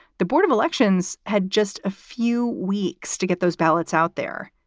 the board of elections had just a few weeks to get those ballots out there.